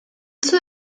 suo